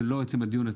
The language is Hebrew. זה לא עצם הדיון,